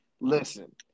Listen